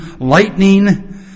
lightning